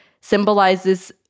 symbolizes